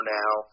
now